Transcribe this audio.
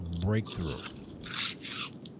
breakthrough